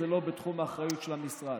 זה לא בתחום האחריות של המשרד.